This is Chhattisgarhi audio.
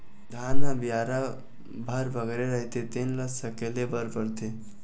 धान ह बियारा भर बगरे रहिथे तेन ल सकेले बर परथे